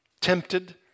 tempted